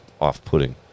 off-putting